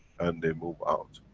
and they move out.